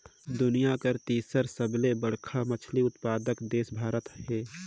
दुनिया कर तीसर सबले बड़खा मछली उत्पादक देश भारत हे